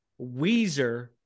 Weezer